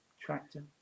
tractor